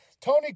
Tony